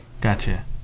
Gotcha